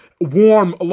warm